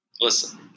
listen